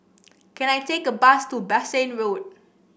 can I take a bus to Bassein Road